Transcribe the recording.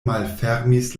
malfermis